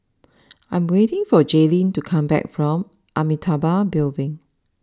I am waiting for Jaelyn to come back from Amitabha Building